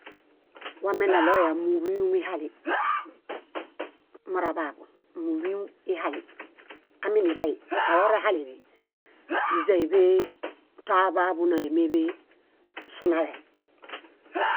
Wameneɭoya múḃiyum ihali moraḃaḃun, múḃiyum ihali. Iminiḃay alorihalili, níźaniḃe toaḃaḃu nálemeḃetonameḃe sunale.